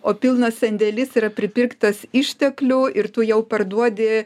o pilnas sandėlis yra pripirktas išteklių ir tu jau parduodi